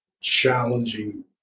challenging